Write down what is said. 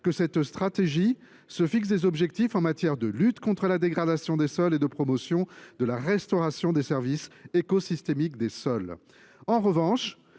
que cette stratégie doit fixer des objectifs en matière de lutte contre la dégradation des sols et de promotion de la restauration des services écosystémiques des sols.